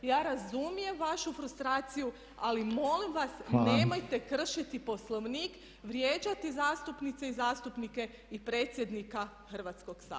Ja razumijem vašu frustraciju ali molim vas nemojte kršiti Poslovnik, vrijeđati zastupnice i zastupnike i predsjednika Hrvatskog sabora.